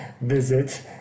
visit